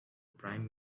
prime